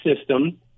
system